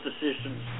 decisions